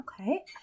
Okay